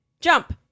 jump